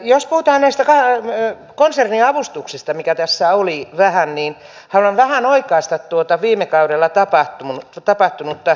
jos puhutaan näistä konserniavustuksista niin haluan vähän oikaista tuota viime kaudella tapahtunutta